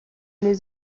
les